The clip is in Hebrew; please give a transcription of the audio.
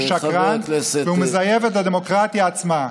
כי הוא שקרן והוא מזייף את הדמוקרטיה עצמה.